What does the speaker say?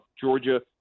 Georgia